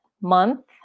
month